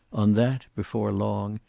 on that, before long,